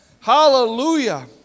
hallelujah